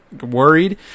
worried